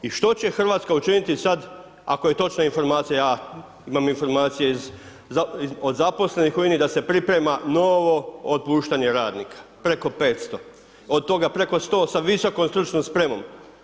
I što će Hrvatska učiniti sad, ako je točna informacija, imam informacije iz, od zaposlenih u INA-i da se priprema novo otpuštanje radnika, preko 500, od toga preko 100 sa visokom stručnom spremom.